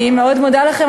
אני מאוד מודה לכם.